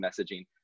messaging